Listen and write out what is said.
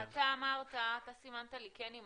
בוא רגע נחזור לדיון אתה סימנת לי "כן" עם